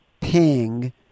ping